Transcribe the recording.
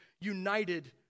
united